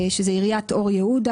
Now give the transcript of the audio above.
שזאת עיריית אור יהודה,